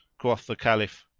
quoth the caliph,